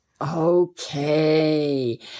Okay